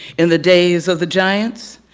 in the days of the giants.